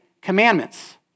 commandments